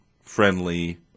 friendly